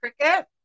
Cricket